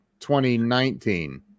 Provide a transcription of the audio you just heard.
2019